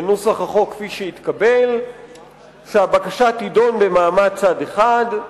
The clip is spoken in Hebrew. בנוסח החוק כפי שהתקבל שהבקשה תידון במעמד צד אחד,